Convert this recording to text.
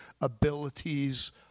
abilities